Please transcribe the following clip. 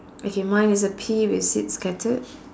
okay mine is a pea with seeds scattered